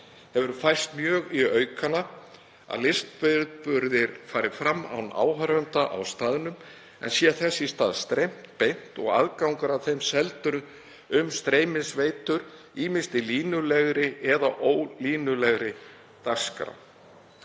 hefur færst mjög í aukana að listviðburðir fari fram án áhorfenda á staðnum en sé þess í stað streymt beint og aðgangur að þeim seldur um streymisveitur, ýmist í línulegri eða ólínulegri dagskrá.